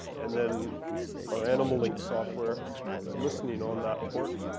and then our animal link software is listening on that port.